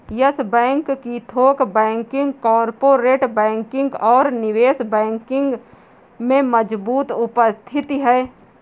yes Bank की थोक banking, corporate banking और निवेश बैंकिंग में मजबूत उपस्थिति है